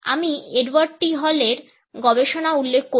আমি Edward T হলের গবেষণা উল্লেখ করব